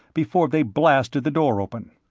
before they blasted the door open.